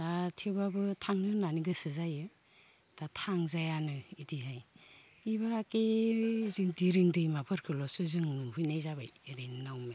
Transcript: दा थेवब्लाबो थांनो होननानै गोसो जायो दा थांजायानो इदिहाय बे बागे जों दिरिं दैमाफोरखौलसो जों नुहैनाय जाबाय ओरैनो नावनो